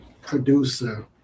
producer